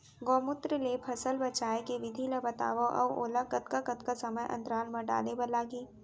गौमूत्र ले फसल बचाए के विधि ला बतावव अऊ ओला कतका कतका समय अंतराल मा डाले बर लागही?